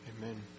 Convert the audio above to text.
Amen